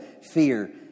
fear